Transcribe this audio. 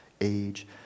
age